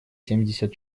семьдесят